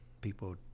People